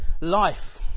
life